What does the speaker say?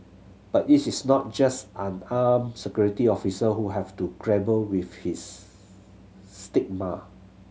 but it's is not just unarmed security officer who have to grapple with his stigma